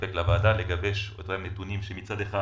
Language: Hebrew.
לספק לוועדה, כדי שמצד אחד